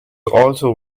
also